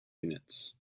units